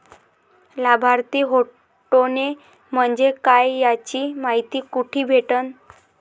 लाभार्थी हटोने म्हंजे काय याची मायती कुठी भेटन?